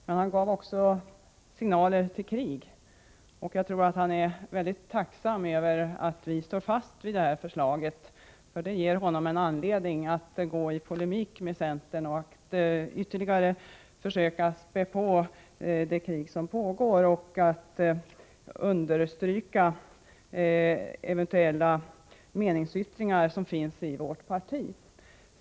Men han gav också signaler till krig, och jag tror att han är mycket tacksam över att vi står fast vid det här förslaget, för det ger honom anledning att gå i polemik med centern, att ytterligare försöka trappa upp det krig som pågår och att understryka eventuellt avvikande meningsyttringar i vårt parti.